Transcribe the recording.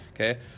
Okay